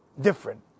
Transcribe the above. different